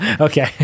Okay